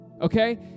Okay